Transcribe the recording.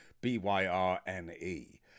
B-Y-R-N-E